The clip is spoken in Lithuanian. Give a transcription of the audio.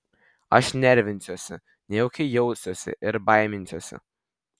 aš nervinsiuosi nejaukiai jausiuosi ir baiminsiuosi